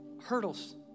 hurdles